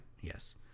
yes